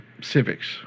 Civics